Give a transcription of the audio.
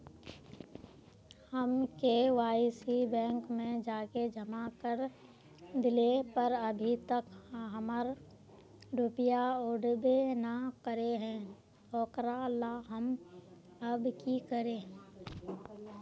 हम KYC bank में जाके जमा कर देलिए पर अभी तक हमर रुपया उठबे न करे है ओकरा ला हम अब की करिए?